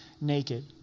naked